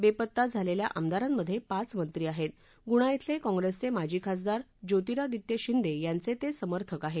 बेपत्ता झालेल्या आमदारांमध्ये पाच मंत्री असून गुणा इथले कॉंप्रेसचे माजी खासदार ज्योतिरादित्य शिंदे यांचे ते समर्थक आहेत